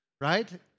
right